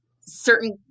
certain